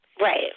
Right